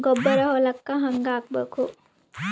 ಗೊಬ್ಬರ ಹೊಲಕ್ಕ ಹಂಗ್ ಹಾಕಬೇಕು?